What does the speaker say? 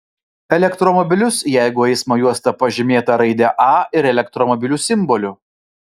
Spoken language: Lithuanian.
elektromobilius jeigu eismo juosta pažymėta raide a ir elektromobilių simboliu